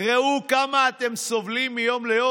ראו כמה אתם סובלים מיום ליום.